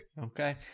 Okay